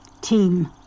Team